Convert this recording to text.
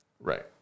Right